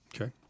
Okay